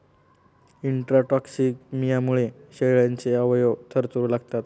इंट्राटॉक्सिमियामुळे शेळ्यांचे अवयव थरथरू लागतात